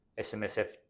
SMSF